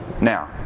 Now